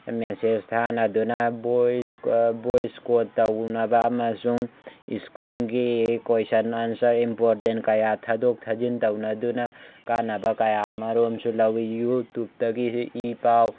message ꯊꯥꯅꯗꯨꯅ voice voice call ꯇꯧꯅꯕ ꯑꯃꯁꯨꯡ ꯁ꯭ꯀꯨꯜꯒꯤ ꯀꯣꯏꯁꯟ ꯑꯟꯁꯔ ꯏꯝꯄꯣꯔꯇꯦꯟ ꯀꯌꯥ ꯊꯥꯗꯣꯛ ꯊꯥꯖꯤꯟ ꯇꯧꯅꯗꯨꯅ ꯀꯥꯟꯅꯕ ꯀꯌꯥ ꯑꯃꯔꯣꯝꯁꯨ ꯂꯧꯏ ꯌꯨꯇꯨꯞꯇꯒꯤꯗꯤ ꯏ ꯄꯥꯎ